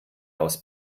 aus